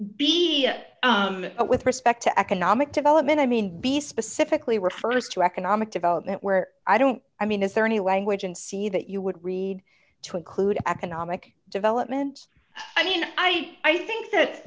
that with respect to economic development i mean the specifically refers to economic development where i don't i mean is there any language in see that you would read to include economic development i mean i i think that